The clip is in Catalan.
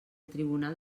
tribunal